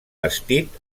vestit